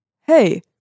hey